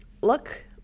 Look